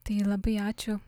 tai labai ačiū